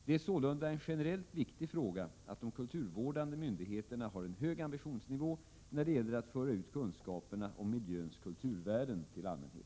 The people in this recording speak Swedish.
Det är sålunda en generellt viktig fråga att de kulturvårdande myndigheterna har en hög ambitionsnivå när det gäller att föra ut kunskaperna om miljöns kulturvärden till allmänheten.